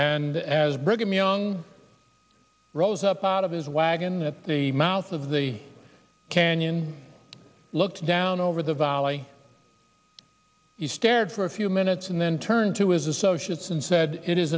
and as brigham young rose up out of his wagon at the mouth of the canyon looked down over the valley he stared for a few minutes and then turned to his associates and said it is